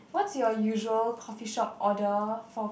what's your usual coffee shop order for